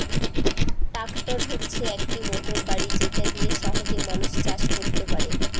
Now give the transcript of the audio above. tractor হচ্ছে একটি motor গাড়ি যেটা দিয়ে সহজে মানুষ চাষ করতে পারে